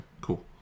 cool